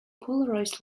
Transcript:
polarized